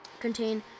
contain